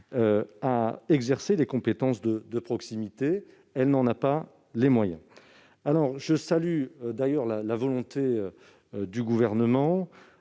à exercer les compétences de proximité- elle n'en a pas les moyens. Je salue d'ailleurs la volonté du Gouvernement